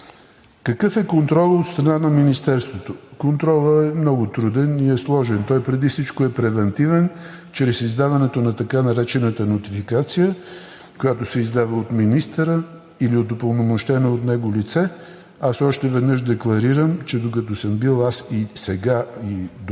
Какъв е контролът от страна на Министерството? Контролът е много труден и е сложен. Той преди всичко е превантивен, чрез издаването на така наречената нотификация, която се издава от министъра или от упълномощено от него лице. Още веднъж декларирам, че докато съм бил аз сега и до